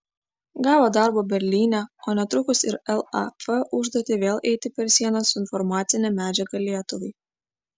gavo darbo berlyne o netrukus ir laf užduotį vėl eiti per sieną su informacine medžiaga lietuvai